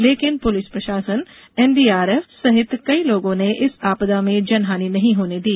लेकिन पुलिस प्रशासन एनडीआरएफ सहित कई लोगों ने इस आपदा में जन हानि नहीं होने दी